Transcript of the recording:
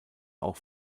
auch